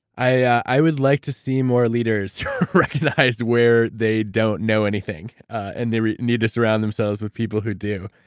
i would like to see more leaders recognize where they don't know anything, and they need to surround themselves with people who do.